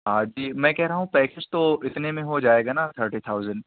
ہاں جی میں کہہ رہا ہوں پیکیج تو اتنے میں ہو جائے گا نا تھرٹی تھاؤزینڈ